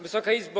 Wysoka Izbo!